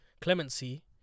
clemency